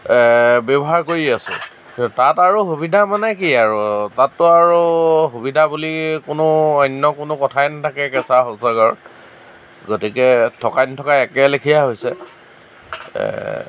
ব্যৱহাৰ কৰি আছোঁ কিন্তু তাত আৰু সুবিধা মানে কি আৰু তাততো আৰু সুবিধা বুলি কোনো অন্য কোনো কথাই নাথাকে কেঁচা শৌচাগাৰত গতিকে থকাই নথকাই একেই লেখিয়াই হৈছে